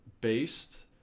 based